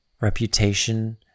reputation